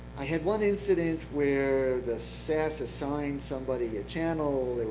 i had one incident where the sas assigned somebody a channel,